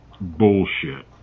bullshit